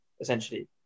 essentially